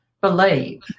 believe